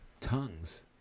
tongues